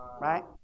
Right